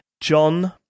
John